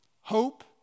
Hope